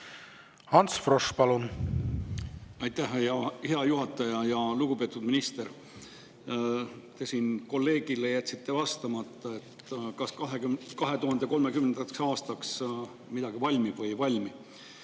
Ants Frosch, palun! Aitäh, hea juhataja! Lugupeetud minister! Te siin kolleegile jätsite vastamata, kas 2030. aastaks midagi valmib või ei valmi.